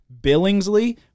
Billingsley